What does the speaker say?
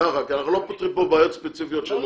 כי אנחנו לא פותרים פה בעיות ספציפיות של מועצות.